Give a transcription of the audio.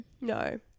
no